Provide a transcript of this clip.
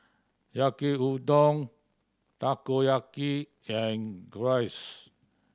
Yaki Udon Takoyaki and Gyros